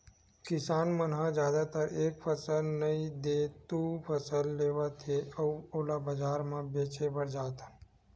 किसान मन ह जादातर एक फसल नइ ते दू फसल लेवत हे अउ ओला बजार म बेचे बर जाथन